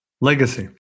Legacy